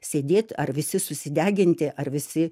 sėdėt ar visi susideginti ar visi